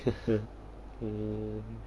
呵呵 mm